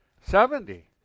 seventy